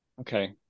okay